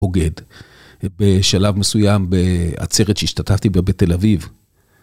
בוגד. בשלב מסוים בעצרת שהשתתפתי בה בתל אביב.